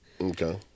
Okay